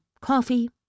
Coffee